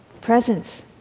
presence